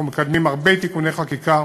אנחנו מקדמים הרבה תיקוני חקיקה,